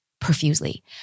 profusely